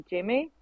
Jimmy